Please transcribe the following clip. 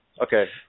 Okay